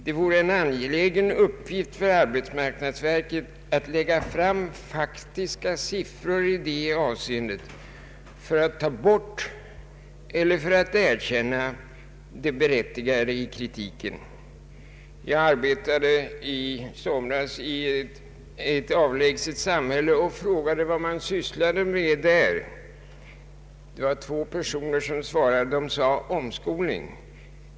Det vore en angelägen uppgift för arbetsmarknadsverket att lägga fram faktiska siffror i det avseendet för att avvisa eller för att erkänna det berättigade i kritiken. Jag arbetade i somras i ett avlägset samhälle och frågade vad man sysslade med där. Två personer svarade: omskolning.